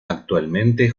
actualmente